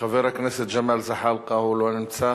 חבר הכנסת ג'מאל זחאלקה, לא נמצא.